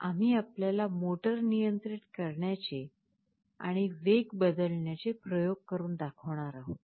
आम्ही आपल्याला मोटर नियंत्रित करण्याचे आणि वेग बदलण्याचे प्रयोग करून दाखविणार आहोत